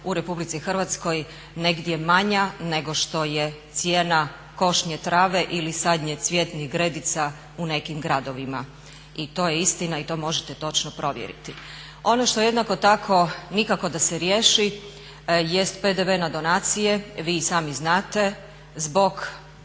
u Republici Hrvatskoj negdje manja nego što je cijena košnje trave ili sadnje cvjetnih gredica u nekim gradovima. I to je istina i to možete točno provjeriti. Ono što jednako tako nikako da se riješi jest PDV na donacije. Vi i sami znate zbog